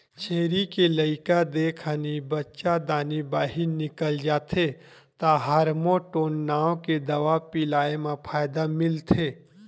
छेरी के लइका देय खानी बच्चादानी बाहिर निकल जाथे त हारमोटोन नांव के दवा पिलाए म फायदा मिलथे